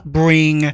bring